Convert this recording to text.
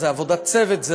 עבודת צוות.